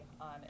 on